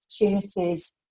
opportunities